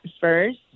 first